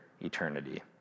eternity